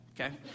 okay